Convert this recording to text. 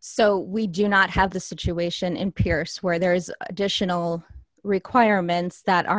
so we do not have the situation in pierce where there is additional requirements that are